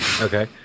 Okay